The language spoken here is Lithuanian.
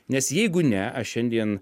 nes jeigu ne aš šiandien